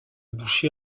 boucher